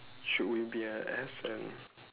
should we be an ass and